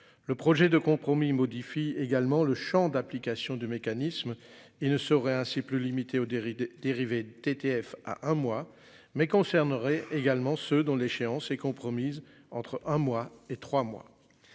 Le projet de compromis modifie également le Champ d'application du mécanisme et ne serait ainsi plus limité aux dérider dérivés TTF à un mois mais concernerait également ceux dont l'échéance est compromise entre un mois et trois mois.